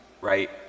right